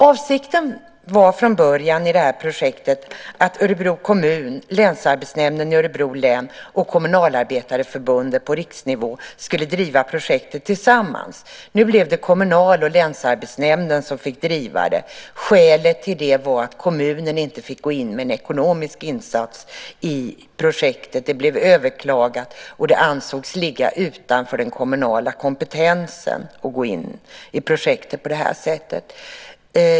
Avsikten var från början i projektet att Örebro kommun, Länsarbetsnämnden i Örebro län och Kommunalarbetareförbundet på riksnivå skulle driva projektet tillsammans. Nu blev det Kommunal och Länsarbetsnämnden som fick driva det. Skälet till det var att kommunen inte fick gå in med en ekonomisk insats i projektet. Det blev överklagat, och det ansågs ligga utanför den kommunala kompetensen att gå in i projektet på det sättet.